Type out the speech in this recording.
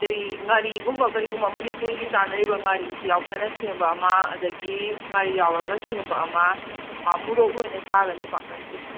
ꯑꯩꯈꯣꯏꯒꯤ ꯉꯥꯔꯤꯒꯨꯝꯕ ꯀꯔꯤꯒꯨꯝꯕ ꯃꯅꯤꯄꯨꯔꯒꯤ ꯆꯥꯟꯅꯔꯤꯕ ꯉꯥꯔꯤꯁꯦ ꯌꯥꯎꯗꯅ ꯁꯦꯝꯕ ꯑꯃ ꯑꯗꯒꯤ ꯉꯥꯔꯤ ꯌꯥꯎꯔꯒ ꯁꯦꯝꯕ ꯑꯃ ꯃꯣꯔꯣꯛ ꯂꯣꯏꯅ ꯁꯥꯒꯅꯤ ꯄꯥꯛꯅꯝꯁꯦ